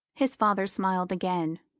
his father smiled again.